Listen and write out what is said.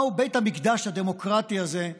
מהו בית המקדש הדמוקרטי הזה,